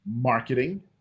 marketing